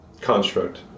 construct